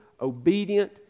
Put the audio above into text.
obedient